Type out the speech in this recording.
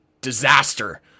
disaster